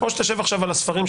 או שתשב עכשיו על הספרים.